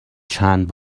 چند